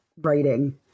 writing